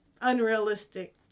unrealistic